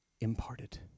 imparted